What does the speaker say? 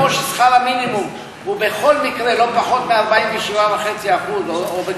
כמו ששכר המינימום הוא בכל מקרה לא פחות מ-47.5% או,